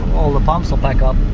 all the pumps will pack um